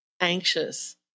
anxious